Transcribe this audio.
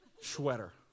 sweater